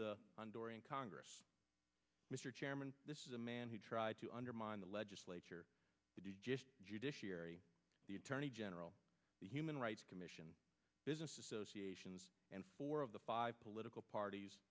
the door in congress mr chairman this is a man who tried to undermine the legislature judiciary the attorney general the human rights commission business associations and four of the five political parties